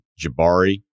Jabari